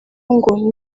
ngo